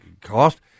cost